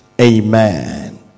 Amen